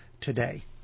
today